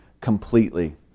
completely